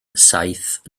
saith